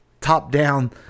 top-down